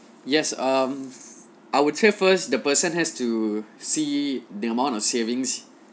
yes um I will check first the person has to see the amount of savings